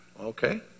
Okay